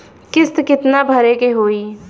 किस्त कितना भरे के होइ?